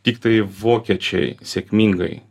tiktai vokiečiai sėkmingai